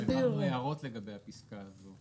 העברנו הערות לגבי הפסקה הזו.